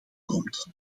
komt